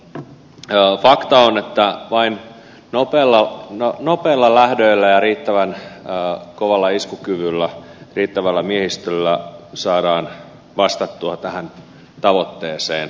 fakta on että vain nopeilla lähdöillä ja riittävän kovalla iskukyvyllä riittävällä miehistöllä saadaan vastattua tähän tavoitteeseen